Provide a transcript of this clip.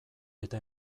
eta